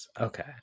Okay